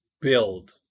build